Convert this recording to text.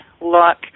look